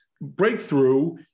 breakthrough